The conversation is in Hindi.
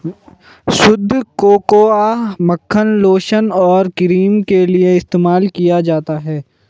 शुद्ध कोकोआ मक्खन लोशन और क्रीम के लिए इस्तेमाल किया जाता है